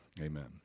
amen